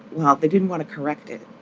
well, they didn't want to correct it